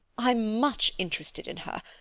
i'm much interested in her,